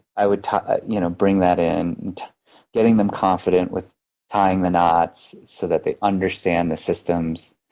i would ah you know bring that in. and getting them confident with tying the knots so that they understand the systems.